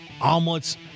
omelets